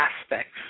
aspects